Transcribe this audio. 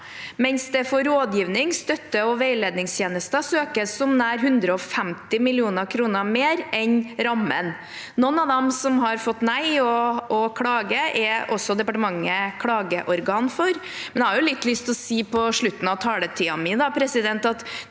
mens det for rådgivnings-, støtte- og veiledningstjenester søkes om nær 150 mill. kr mer enn rammen. Noen av dem som har fått nei og klager, er også departementet klageorgan for. Jeg har litt lyst til å si, på slutten av taletiden min, at det